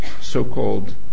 so-called